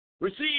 Receive